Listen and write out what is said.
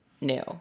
new